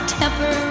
temper